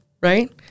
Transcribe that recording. Right